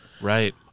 Right